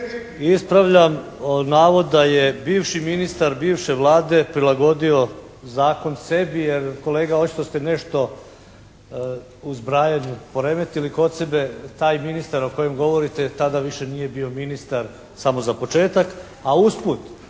Ispravljam navod da je bivši ministar bivše Vlade prilagodio zakon sebi jer kolega očito ste nešto u zbrajanju poremetili kod sebe. Taj ministar o kojem govorite tada više nije bio ministar, samo za početak. A usput